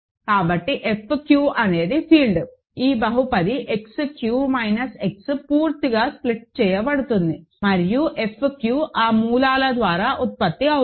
కాబట్టి F q అనేది field ఈ బహుపది X q మైనస్ X పూర్తిగా స్ప్లిట్ చేయబడుతుంది మరియు F q ఆ మూలాల ద్వారా ఉత్పత్తి అవుతుంది